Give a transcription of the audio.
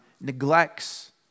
neglects